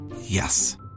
Yes